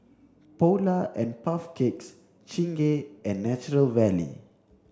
Polar and Puff Cakes Chingay and Nature Valley